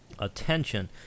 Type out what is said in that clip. attention